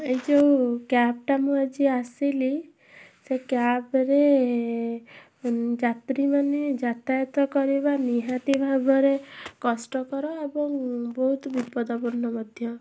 ଏ ଯେଉଁ କ୍ୟାବ୍ଟା ମୁଁ ଆଜି ଆସିଲି ସେ କ୍ୟାବ୍ରେ ଯାତ୍ରୀମାନେ ଯାତାୟାତ କରିବା ନିହାତି ଭାବରେ କଷ୍ଟକର ଏବଂ ବହୁତ ବିପଦପୂର୍ଣ୍ଣ ମଧ୍ୟ